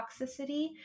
toxicity